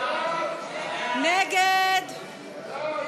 סעיף תקציבי 79, תחבורה,